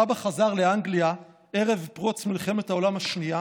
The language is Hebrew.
סבא חזר לאנגליה ערב פרוץ מלחמת העולם השנייה